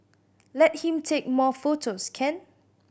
let him take more photos can